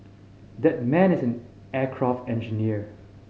that man is an aircraft engineer